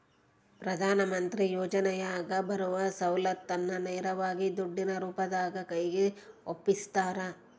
ಪ್ರಧಾನ ಮಂತ್ರಿ ಯೋಜನೆಯಾಗ ಬರುವ ಸೌಲತ್ತನ್ನ ನೇರವಾಗಿ ದುಡ್ಡಿನ ರೂಪದಾಗ ಕೈಗೆ ಒಪ್ಪಿಸ್ತಾರ?